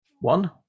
One